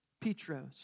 Petros